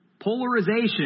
Polarization